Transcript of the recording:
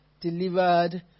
delivered